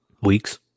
Weeks